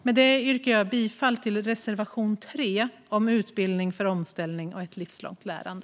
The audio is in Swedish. Med detta yrkar jag bifall till reservation 3 om utbildning för omställning och livslångt lärande.